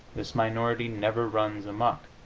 this minority never runs amuck.